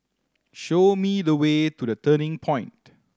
show me the way to The Turning Point